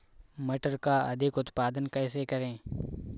मटर का अधिक उत्पादन कैसे करें?